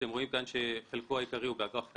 אתם רואים כאן שחלקו העיקרי הוא באג"ח קונצרני.